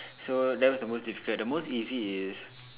so that was the most difficult the most easy is